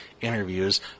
interviews